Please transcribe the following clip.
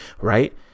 Right